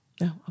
No